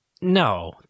no